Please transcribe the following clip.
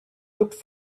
looked